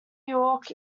york